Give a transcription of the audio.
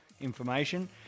information